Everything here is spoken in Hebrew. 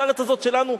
שהארץ הזאת שלנו,